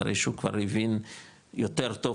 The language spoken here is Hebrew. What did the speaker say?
אחרי שהוא כבר הבין יותר טוב,